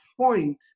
point